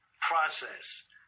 process